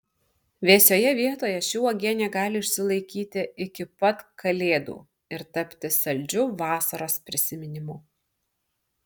vėsioje vietoje ši uogienė gali išsilaikyti iki pat kalėdų ir tapti saldžiu vasaros prisiminimu